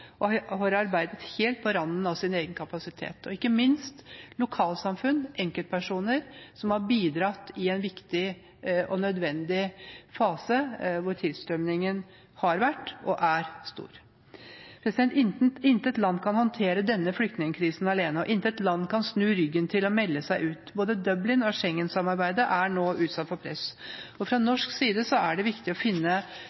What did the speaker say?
og har arbeidet helt på randen av sin egen kapasitet. Ikke minst har lokalsamfunn og enkeltpersoner bidratt i en viktig og nødvendig fase, hvor tilstrømningen har vært og er stor. Intet land kan håndtere denne flyktningkrisen alene. Og intet land kan snu ryggen til og melde seg ut. Både Dublin- og Schengen-samarbeidet er nå utsatt for press. Fra norsk side er det viktig å finne